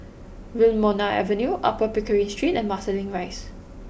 Wilmonar Avenue Upper Pickering Street and Marsiling Rise